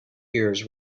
ears